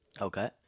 Okay